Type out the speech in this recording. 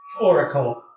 oracle